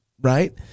Right